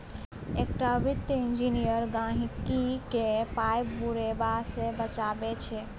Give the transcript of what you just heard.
एकटा वित्तीय इंजीनियर गहिंकीक पाय बुरेबा सँ बचाबै छै